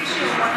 תקשיבי,